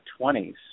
20s